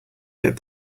get